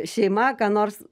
šeima ką nors